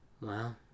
Wow